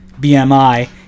BMI